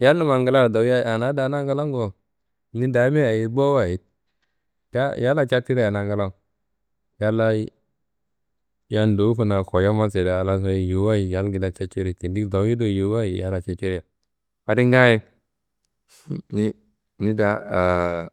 yalnumma nglaro doyeia anadana nglanguwo, ni damia ye ayi bowa ye ayi ya- yalla caciriana nglawo. Yallayi yam ndowu kuna koyiyama so serea laa soyi yowu wayi yalngedea cacerei tendi dowoi do yowuwa yalla cacereia. Adi ngaaye ni, ni da.